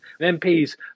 MPs